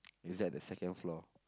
is at the second floor